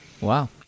wow